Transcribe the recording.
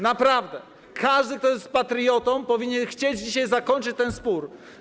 Naprawdę każdy, kto jest patriotą, powinien chcieć dzisiaj zakończyć ten spór.